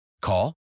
Call